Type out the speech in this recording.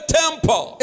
temple